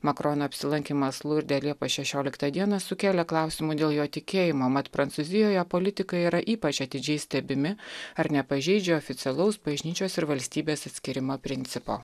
makrono apsilankymas lurde liepos šešioliktą dieną sukėlė klausimų dėl jo tikėjimo mat prancūzijoje politikai yra ypač atidžiai stebimi ar nepažeidžia oficialaus bažnyčios ir valstybės atskyrimo principo